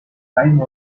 times